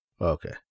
Okay